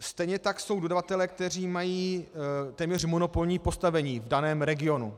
Stejně tak jsou dodavatelé, kteří mají téměř monopolní postavení v daném regionu.